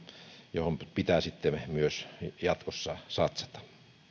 johon pitää myös jatkossa satsata